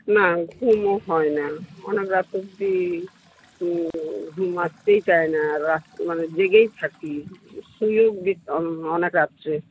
না ঘুমও হয় না অনেক রাত অবধি ঘুম আসতেই চায় না রাত মানে জেগেই থাকি শুইও অনেক রাত্রে